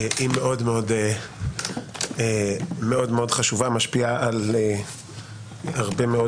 היא מאוד-מאוד חשובה ומשפיעה על הרבה מאוד